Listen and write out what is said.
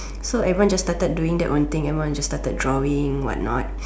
so everyone just started doing their own thing everyone just started drawing whatnot